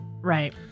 Right